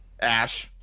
Ash